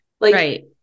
right